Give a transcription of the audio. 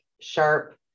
sharp